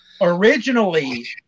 Originally